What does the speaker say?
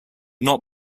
not